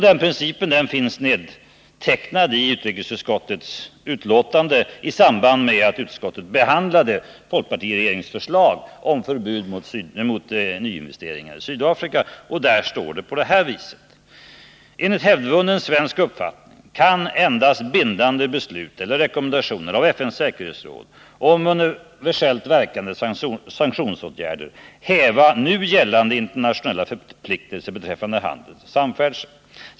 Den principen finns nedtecknad i utrikesutskottets betänkande i samband med att utskottet behandlade folkpartiregeringens förslag om förbud mot nyinvesteringar i Sydafrika. Där står det: ”Enligt hävdvunnen svensk uppfattning kan endast bindande beslut eller rekommendationer av FN:s säkerhetsråd om universellt verkande sanktionsåtgärder häva nu gällande internationella förpliktelser beträffande handel och samfärdsel.